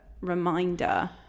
reminder